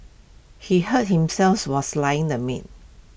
he hurt himself while slicing the meat